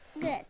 Good